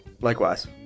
Likewise